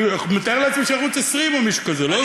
אני מתאר לעצמי שערוץ 20 או מישהו כזה, לא?